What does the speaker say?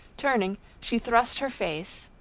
turning, she thrust her face,